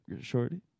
Shorty